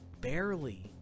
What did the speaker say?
barely